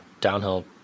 downhill